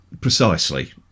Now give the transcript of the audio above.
Precisely